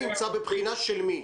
בבחינה של מי?